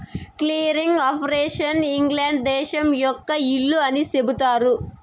clearing operation England దేశం యొక్క ఇల్లు అని చెబుతారు